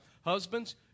husbands